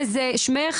שלום,